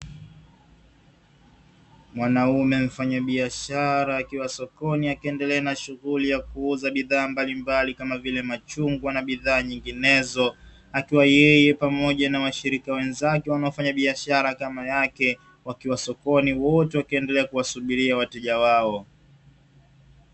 Mwanaume mfanyabiashara akiwa sokoni akiendelea na shughuli ya kuuza bidhaa mbalimbali kama vile machungwa na bidhaa nyinginezo, akiwa yeye pamoja na washirika wenzake wanaofanya biashara kama yake wakiwa sokoni wote wakiendelea kuwasubiria wateja wao.